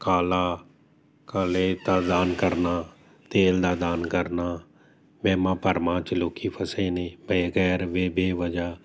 ਕਾਲਾ ਕਾਲੇ ਦਾ ਦਾਨ ਕਰਨਾ ਤੇਲ ਦਾ ਦਾਨ ਕਰਨਾ ਵਹਿਮਾਂ ਭਰਮਾਂ 'ਚ ਲੋਕ ਫਸੇ ਨੇ ਪਏ ਗੈਰ ਵੇ ਬੇਵਜਾਹ